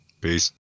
Peace